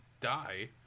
die